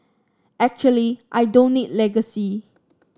actually I don't need legacy